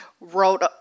wrote